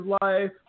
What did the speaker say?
life